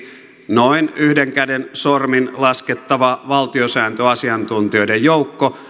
noin yhden käden sormin laskettava valtiosääntöasiantuntijoiden joukko